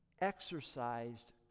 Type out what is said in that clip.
exercised